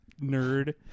Nerd